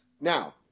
now